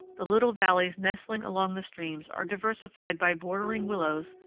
the little valleys nestling along the streams are diversified by bordering willows,